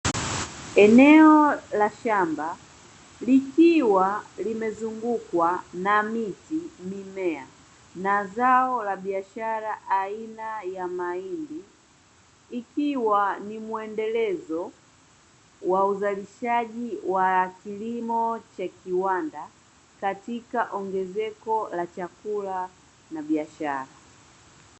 Eneo la shamba likiwa limezungukwa na miti, mimea na zao la biashara aina ya mahindi ikiwa ni muendelezo wa uzalishaji wa kilimo cha kiwanda katika ongezeko la chakula na biashara.